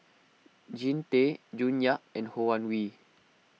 Jean Tay June Yap and Ho Wan Hui